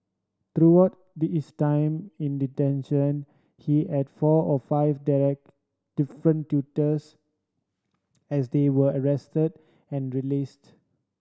throughout it is time in detention he had four or five different tutors as they were arrested and released